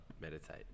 meditate